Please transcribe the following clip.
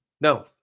No